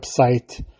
website